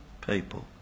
people